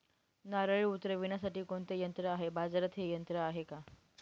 नारळे उतरविण्यासाठी कोणते यंत्र आहे? बाजारात हे यंत्र आहे का?